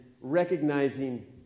recognizing